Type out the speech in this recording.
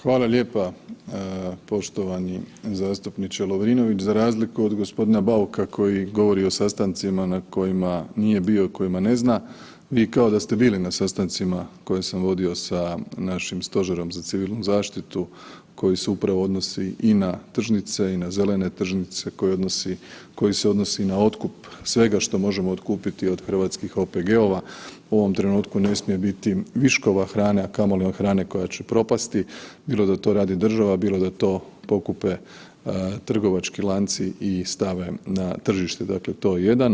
Hvala lijepa poštovani zastupniče Lovrinović, za razliku od gospodina Bauka koji govori o sastancima na kojima nije bio i o kojima ne zna, vi kao ste bili na sastancima koje sam vodio sa našim stožerom za Civilnu zaštitu koji se upravo odnosi i na tržnice i na zelene tržnice, koji se odnosi i na otkup svega što možemo otkupiti od hrvatskih OPG-ova, u ovom trenutku ne smije biti viškova hrane, a kamoli hrane koja će propasti bilo da to radi država, bilo da pokupe trgovački lanci i stave na tržište, dakle to jedan.